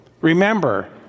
Remember